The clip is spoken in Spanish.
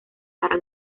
para